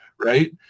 right